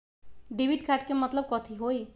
Debit card के मतलब कथी होई?